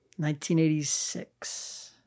1986